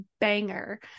banger